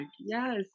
yes